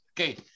Okay